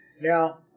Now